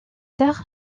tard